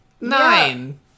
nine